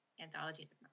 anthologies